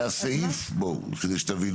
זה הסעיף, בואו, כדי שתבינו.